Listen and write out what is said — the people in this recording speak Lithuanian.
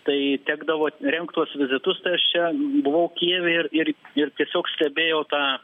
tai tekdavo rengt tuos vizitus tai aš čia buvau kijeve ir ir ir tiesiog stebėjau tą